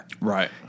right